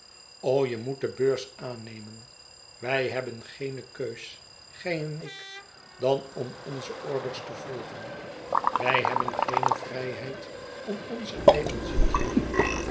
je moet de beurs aannemen wij hebben geene keus gij en ik dan om onze orders te volgen wij hebben geene vrijheid om onzen eigen zin te doen